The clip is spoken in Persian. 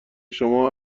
شما